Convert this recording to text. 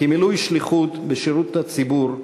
מילוי שליחות בשירות הציבור,